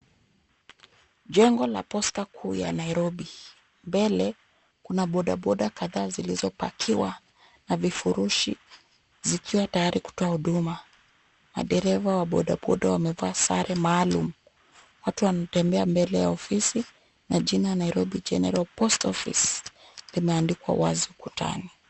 Jengo la Posta kuu ya Nairobi, mbele kuna bodaboda kadhaa zilizopakiwa na vifurushi zikiwa tayari kutoa huduma Madereva wa bodaboda wamevaa sare maalum, watu wanatembea mbele ya ofisi na jina Nairobi General Post Office limeandikwa wazi ukutani.